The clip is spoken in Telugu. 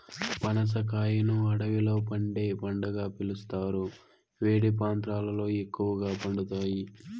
పనస కాయను అడవిలో పండే పండుగా పిలుస్తారు, వేడి ప్రాంతాలలో ఎక్కువగా పండుతాయి